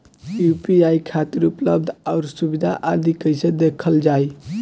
UPI खातिर उपलब्ध आउर सुविधा आदि कइसे देखल जाइ?